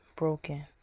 Broken